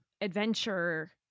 adventure